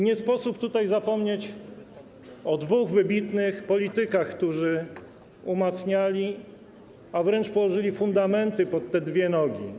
Nie sposób tutaj zapomnieć o dwóch wybitnych politykach, którzy umacniali, a wręcz położyli fundamenty pod te dwie nogi.